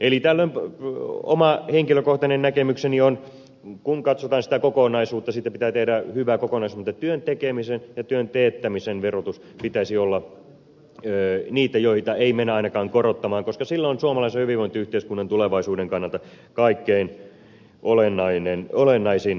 eli tällöin oma henkilökohtainen näkemykseni on kun katsotaan sitä kokonaisuutta että siitä pitää tehdä hyvä kokonaisuus mutta työn tekemisen ja työn teettämisen verotuksen pitäisi olla niitä joita ei mennä ainakaan korottamaan koska sillä on suomalaisen hyvinvointiyhteiskunnan tulevaisuuden kannalta kaikkein olennaisin merkitys